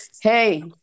hey